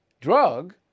drug